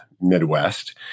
Midwest